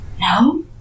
no